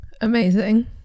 amazing